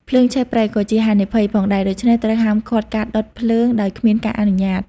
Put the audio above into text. ភ្លើងឆេះព្រៃ ក៏ជាហានិភ័យផងដែរ ដូច្នេះត្រូវហាមឃាត់ការដុតភ្លើងដោយគ្មានការអនុញ្ញាត។